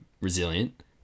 resilient